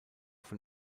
von